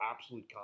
absolute